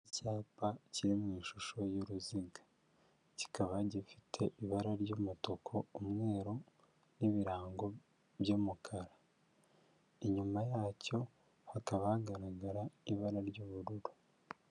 Icyapa kiri mu ishusho y'uruziga kikaba gifite ibara ry'umutuku, umweru n'ibirango by'umukara, inyuma yacyo hakaba hagaragara ibara ry'ubururu.